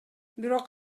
бирок